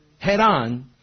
head-on